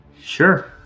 Sure